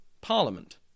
Parliament